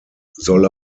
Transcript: solle